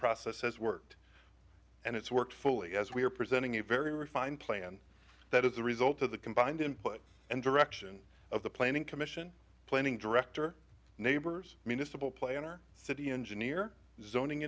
process has worked and it's worked fully as we are presenting a very refined plan that is the result of the combined input and direction of the planning commission planning director neighbors municipal plainer city engineer zoning